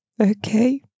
Okay